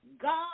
God